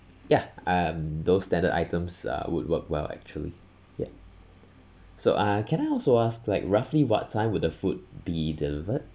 ya um those standard items uh would work well actually yup so uh can I also ask like roughly what time would the food be delivered